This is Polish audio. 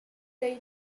tej